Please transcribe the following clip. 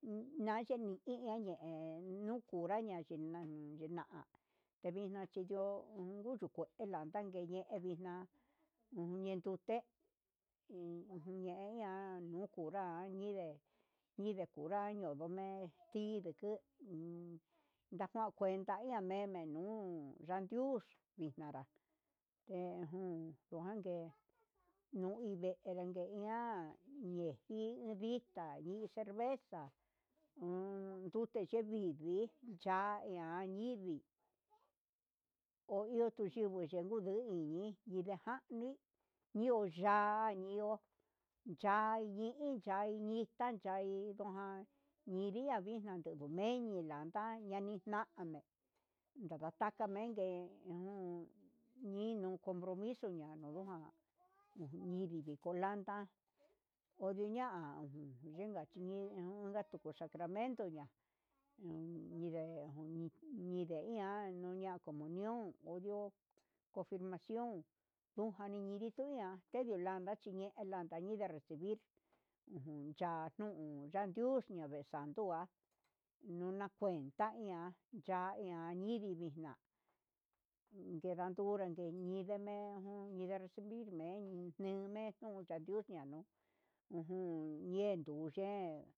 Unayeni uniya ne'e he nuku nraña xhina'a, uun yena tevixna cheyo'o undukue landa ndine'e enduvixna endute he ujun ñen ña'a ujun ña'a ñinré ñinde kunra yunuu me'e kinde nguen naka kuenta ian me'e menu yandu kuexna'a hejun unrangue nuive najin ihan ndeji ndita nii, iin cerveza yunde ndevivi ya ian ñindi ohio tu yivi ndiyu ihó, indii nuneja ñii ndio ya'a ndi hi ya'a nutain iin landa yanixname ranka tanga mengue nino compromiso ñadalando jan niniyi yikolanda hyanatuku sacramento ya'á un ninde ju ninde ian naya comunión onrio confirmación nduja ninituña kenron la'a xhiñe'e landa ña'a recibir ya'a nunu ndandiuka vee sando nda nuna kuenta ian yaian yindivii na'a nguegan ndureme nideme jun nine ndiyume ñuu mejun naiña mu'u ujun yendu yen.